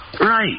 Right